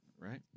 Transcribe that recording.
Right